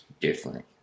different